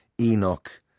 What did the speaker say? Enoch